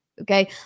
Okay